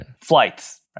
flights